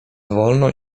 wolno